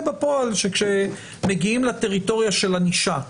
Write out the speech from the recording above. בפועל כשמגיעים לטריטוריה של ענישה,